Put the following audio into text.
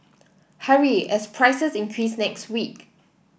hurry as prices increase next week